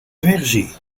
versie